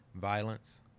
violence